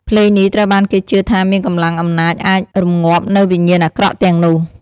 ភ្លេងនេះត្រូវបានគេជឿថាមានកម្លាំងអំណាចអាចរម្ងាប់នូវវិញ្ញាណអាក្រក់ទាំងនោះ។